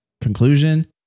conclusion